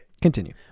continue